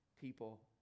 people